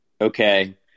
okay